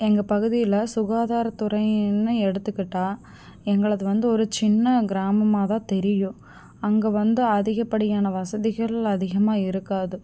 எங்கள் பகுதியில் சுகாதாரத்துறைன்னு எடுத்துக்கிட்டால் எங்களது வந்து ஒரு சின்ன கிராமமாதான் தெரியும் அங்கே வந்து அதிகப்படியான வசதிகள் அதிகமாக இருக்காது